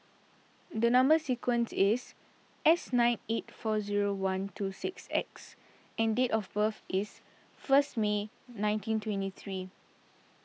the Number Sequence is S nine eight four zero one two six X and date of birth is first May nineteen twenty three